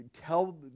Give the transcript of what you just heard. tell